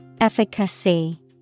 Efficacy